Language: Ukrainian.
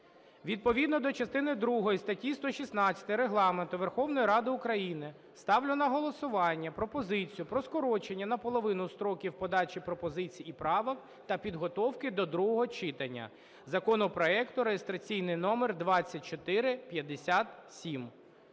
Відповідно до частини другої статті 116 Регламенту Верховної Ради України ставлю на голосування пропозицію про скорочення наполовину строків подачі пропозицій і правок та підготовки до другого читання законопроекту реєстраційний номер 2457.